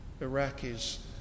Iraqis